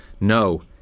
no